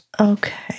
Okay